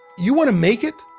you want to make it?